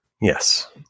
Yes